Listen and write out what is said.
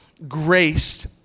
Graced